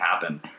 happen